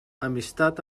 amistat